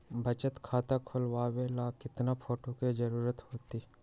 बचत खाता खोलबाबे ला केतना फोटो के जरूरत होतई?